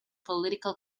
political